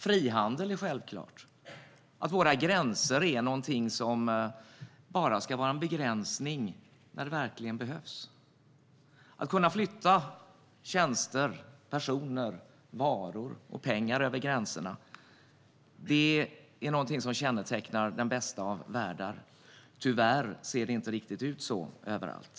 Frihandel är självklart, och våra gränser ska bara vara en begränsning när det verkligen behövs. Att kunna flytta tjänster, personer, varor och pengar över gränserna kännetecknar den bästa av världar. Tyvärr ser det inte riktigt ut så överallt.